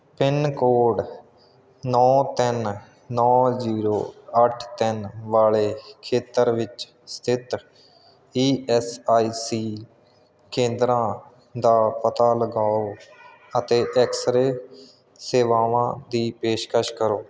pin code ਨੌਂ ਤਿੰਨ ਨੌਂ ਜ਼ੀਰੋ ਅੱਠ ਤਿੰਨ ਵਾਲੇ ਖੇਤਰ ਵਿੱਚ ਸਥਿਤ ਈ ਐੱਸ ਆਈ ਸੀ ਕੇਂਦਰਾਂ ਦਾ ਪਤਾ ਲਗਾਓ ਅਤੇ ਐਕਸਰੇਅ ਸੇਵਾਵਾਂ ਦੀ ਪੇਸ਼ਕਸ਼ ਕਰੋ